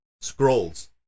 scrolls